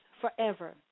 forever